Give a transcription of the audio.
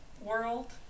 world